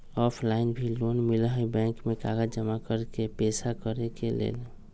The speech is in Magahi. ऑफलाइन भी लोन मिलहई बैंक में कागज जमाकर पेशा करेके लेल?